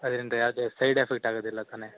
ಅದರಿಂದ ಯಾವುದೇ side effect ಆಗೋದಿಲ್ಲ ತಾನೆ